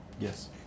Yes